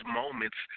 moments